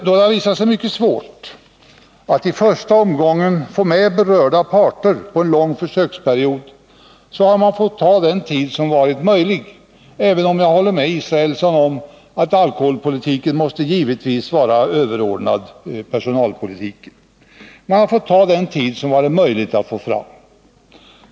Då det har visat sig mycket svårt att i första omgången få med berörda parter på en lång försöksperiod, har man fått ta den tid som det varit möjligt att enas om — även om jag håller med herr Israelsson om att alkoholpolitiken givetvis måste vara överordnad personalpolitiken.